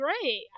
great